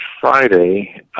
Friday